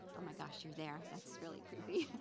oh my gosh, you're there, that's really creepy,